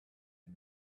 and